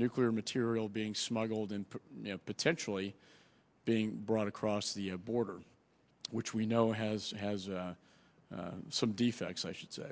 nuclear material being smuggled in potentially being brought across the border which we know has has some defects i should say